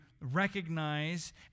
recognize